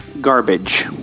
garbage